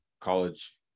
college